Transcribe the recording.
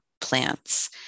plants